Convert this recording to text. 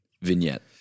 vignette